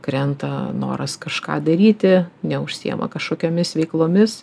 krenta noras kažką daryti neužsiema kažkokiomis veiklomis